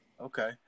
Okay